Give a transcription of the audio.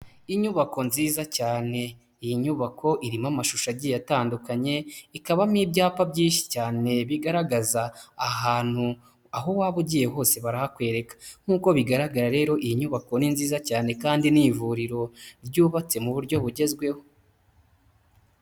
Inyubako nziza cyane, iyi nyubako irimo amashusho agiye atandukanye, ikabamo ibyapa byinshi cyane bigaragaza ahantu aho waba ugiye hose barahakwereka. Nk'uko bigaragara rero iyi nyubako ni nziza cyane kandi ni ivuriro ryubatse mu buryo bugezweho.